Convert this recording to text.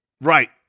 Right